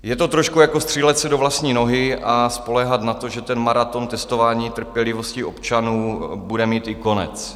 Je to trošku jako střílet se do vlastní nohy a spoléhat na to, že maraton testování trpělivosti občanů bude mít i konec.